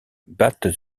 battent